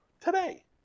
Today